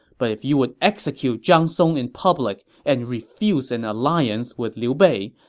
but if you would execute zhang song in public and refuse an alliance with liu bei,